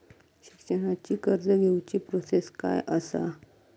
शिक्षणाची कर्ज घेऊची प्रोसेस काय असा?